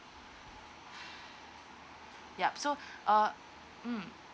yup so uh mm